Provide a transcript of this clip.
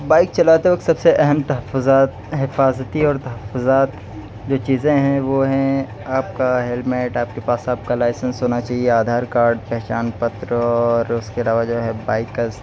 bike چلاتے وقت سب سے اہم تحفظات حفاظتی اور تحفظات جو چیزیں ہیں وہ ہیں آپ کا ہیلمٹ آپ کے پاس آپ کا لائسنس ہونا چاہیے آدھار کارڈ پہچان پتر اور اس کے علاوہ جو ہے بائک کا